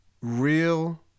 real